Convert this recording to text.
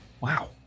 Wow